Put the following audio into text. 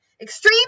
Extreme